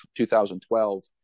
2012